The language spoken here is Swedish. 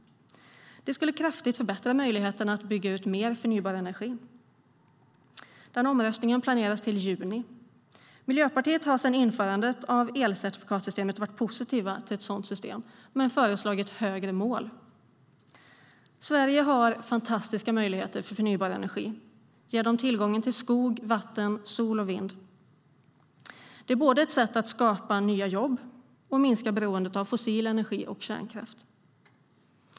Det skulle kraftigt förbättra möjligheterna att bygga ut mer förnybar energi. Den omröstningen planeras till juni. Miljöpartiet har sedan införandet av elcertifikatssystemet varit positivt till ett sådant system men föreslagit högre mål. Sverige har fantastiska möjligheter för förnybar energi genom tillgången på skog, vatten, sol och vind. Det är både ett sätt att skapa nya jobb och ett sätt att minska beroendet av fossil energi och kärnkraft.